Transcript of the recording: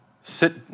sit